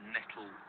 Nettle